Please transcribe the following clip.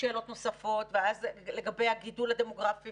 שאלות נוספות לגבי הגידול הדמוגרפי,